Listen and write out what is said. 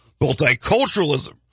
multiculturalism